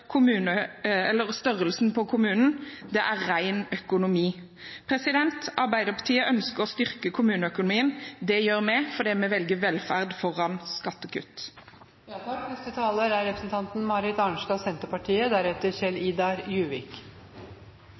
størrelsen på kommunen, det er ren økonomi. Arbeiderpartiet ønsker å styrke kommuneøkonomien. Det gjør vi fordi vi velger velferd foran